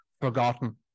Forgotten